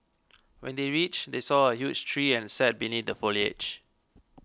when they reached they saw a huge tree and sat beneath the foliage